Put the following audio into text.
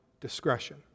discretion